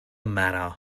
matter